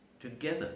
Together